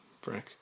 Frank